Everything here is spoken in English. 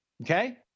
Okay